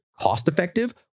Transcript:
cost-effective